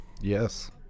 Yes